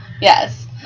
Yes